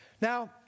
Now